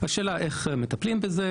השאלה היא איך מטפלים בזה,